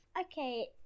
Okay